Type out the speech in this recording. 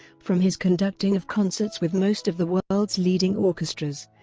from his conducting of concerts with most of the world's leading orchestras,